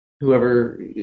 whoever